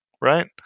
right